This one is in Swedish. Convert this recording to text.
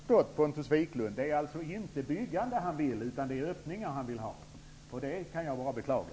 Fru talman! Nu har jag förstått Pontus Wiklund. Det är alltså inte byggande han vill ha, utan öppningar. Det kan jag bara beklaga.